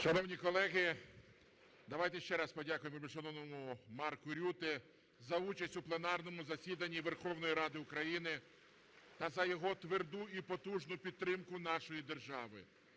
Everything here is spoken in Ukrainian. Шановні колеги, давайте ще раз подякуємо вельмишановному Марку Рютте за участь у пленарному засіданні Верховної Ради України та за його тверду і потужну підтримку нашої держави.